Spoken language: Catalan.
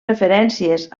referències